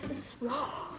swap.